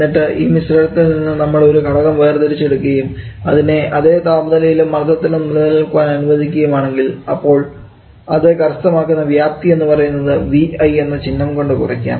എന്നിട്ട് ഈ മിശ്രിതത്തിൽ നിന്നും നമ്മൾ ഒരു ഘടകം വേർതിരിച്ച് എടുക്കുകയും അതിനെ അതേ താപനിലയിലും മർദ്ദത്തിലും നിലനിൽക്കുവാൻ അനുവദിക്കുകയും ആണെങ്കിൽ അപ്പോൾ അത് കരസ്ഥമാക്കുന്ന വ്യാപ്തി എന്ന് പറയുന്നത് Vi എന്ന ചിഹ്നം കൊണ്ട് കുറിക്കാം